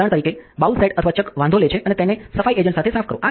ઉદાહરણ તરીકે bowl set અથવા ચક વાંધો લે છે અને તેને સફાઈ એજન્ટ સાથે સાફ કરો